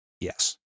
Yes